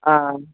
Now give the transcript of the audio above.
ஆ